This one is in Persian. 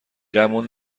گمون